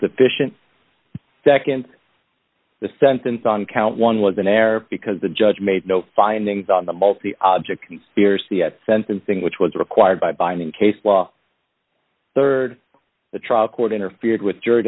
insufficient nd the sentence on count one was an error because the judge made no findings on the multi object conspiracy at sentencing which was required by binding case law rd the trial court interfered with jury